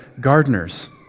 gardeners